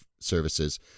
services